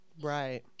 Right